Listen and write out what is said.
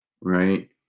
right